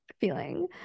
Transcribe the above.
feeling